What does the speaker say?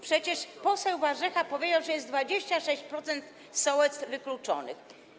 Przecież poseł Warzecha powiedział, że jest 26% sołectw wykluczonych.